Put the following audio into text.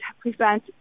prevent